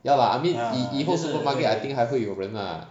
ya lah I mean 以后 supermarket I think 还会有人的啊